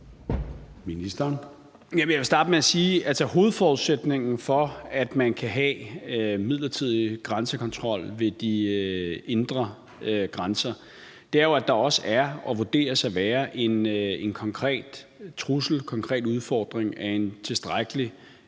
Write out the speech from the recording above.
Jeg vil starte med at sige, at hovedforudsætningen for, at man kan have midlertidig grænsekontrol ved de indre grænser, er, at der også er og vurderes at være en konkret trussel og en konkret udfordring af en tilstrækkelig